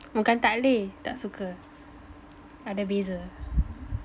bukan tak boleh tak suka ada beza